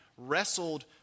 wrestled